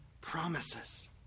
promises